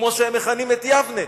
כמו שהם מכנים את יבנה.